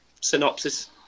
synopsis